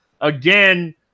again